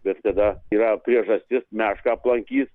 bet kada yra priežastis mešką aplankyt